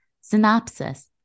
synopsis